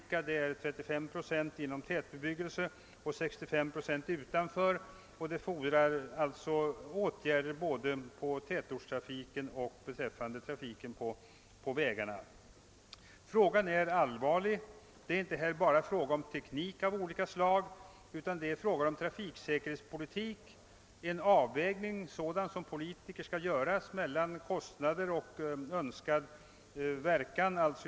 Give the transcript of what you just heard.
Med hänsyn till de stora förluster som trafikolyckorna förorsakar vårt samhälle kan en ökad satsning på forskning bli rent ekonomiskt sett mycket lönsam.